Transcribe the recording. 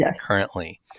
currently